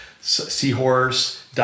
seahorse